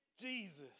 Jesus